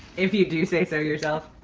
if you do say so yourself.